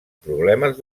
problemes